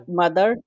mother